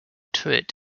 turret